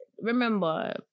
Remember